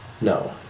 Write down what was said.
No